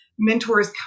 mentors